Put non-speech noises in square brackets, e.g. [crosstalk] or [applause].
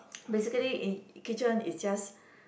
[noise] basically in kitchen is just